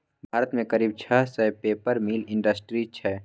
भारत मे करीब छह सय पेपर मिल इंडस्ट्री छै